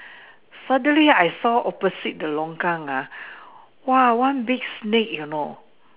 suddenly I saw opposite the longkang ah !wah! one big snake you know